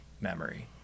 memory